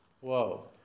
Whoa